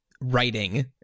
writing